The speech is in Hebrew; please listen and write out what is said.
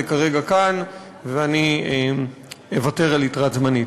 כרגע כאן ואני אוותר על יתרת זמני.